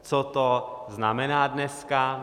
Co to znamená dneska?